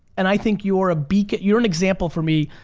and i think you're a beacon, you're an example for me,